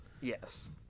Yes